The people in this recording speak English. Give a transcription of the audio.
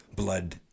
blood